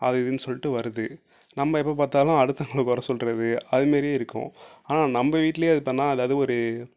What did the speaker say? அது இதுன்னு சொல்லிட்டு வருது நம்ம எப்போ பார்த்தாலும் அடுத்தவங்கள குறை சொல்கிறது அது மாரியே இருக்கோம் ஆனால் நம்ம வீட்லேயே அது இப்போ என்ன ஏதாவது ஒரு